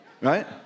Right